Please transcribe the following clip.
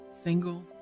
single